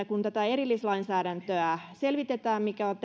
kun tätä erillislainsäädäntöä selvitetään mikä on